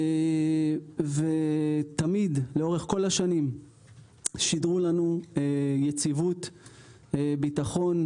ותמיד לאורך כל השנים שידרו לנו יציבות וביטחון,